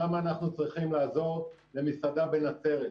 אני מצטט: למה אנחנו צריכים לעזור למסעדה בנצרת?